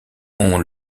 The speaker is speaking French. ont